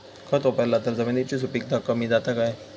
खत वापरला तर जमिनीची सुपीकता कमी जाता काय?